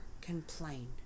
complain